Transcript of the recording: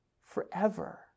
forever